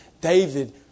David